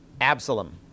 Absalom